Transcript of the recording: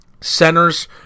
Centers